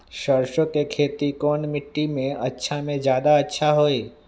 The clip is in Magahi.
सरसो के खेती कौन मिट्टी मे अच्छा मे जादा अच्छा होइ?